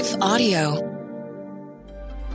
audio